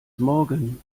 morgen